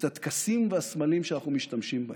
את הטקסים והסמלים שאנחנו משתמשים בהם.